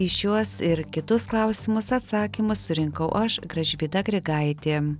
į šiuos ir kitus klausimus atsakymus surinkau aš gražvyda grigaitė